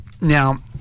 now